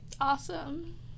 awesome